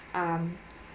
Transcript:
um